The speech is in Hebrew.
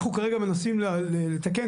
אנחנו כרגע מנסים לתקן,